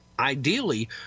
Ideally